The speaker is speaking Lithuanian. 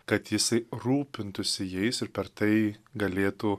kad jisai rūpintųsi jais ir per tai galėtų